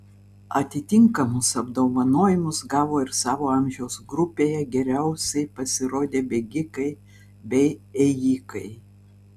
atitinkamus apdovanojimus gavo ir savo amžiaus grupėje geriausiai pasirodę bėgikai bei ėjikai